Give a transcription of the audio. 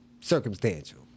circumstantial